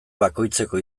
bakoitzeko